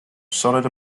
solid